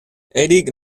eric